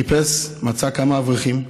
חיפש, מצא כמה אברכים,